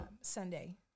Sunday